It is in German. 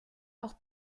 auch